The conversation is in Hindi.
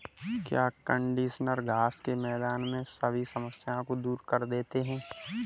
क्या कंडीशनर घास के मैदान में सभी समस्याओं को दूर कर देते हैं?